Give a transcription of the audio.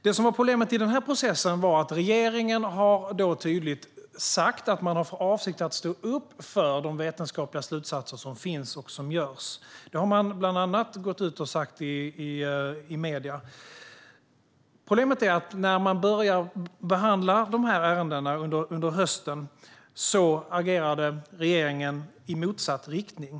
Det som var problemet i den här processen var att regeringen tydligt sagt att man har för avsikt att stå upp för de vetenskapliga slutsatser som finns och som görs - det har man bland annat gått ut och sagt i medierna - men när man började behandla de här ärendena under hösten agerade regeringen i motsatt riktning.